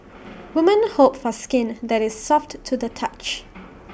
woman hope for skin that is soft to the touch